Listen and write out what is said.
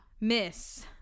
Miss